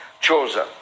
chosen